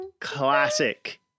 classic